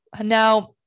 Now